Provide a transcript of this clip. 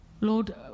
Lord